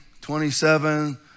27